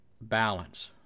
balance